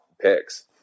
picks